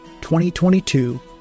2022